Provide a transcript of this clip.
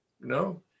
no